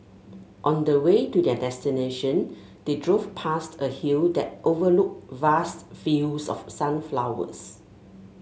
on the way to their destination they drove past a hill that overlooked vast fields of sunflowers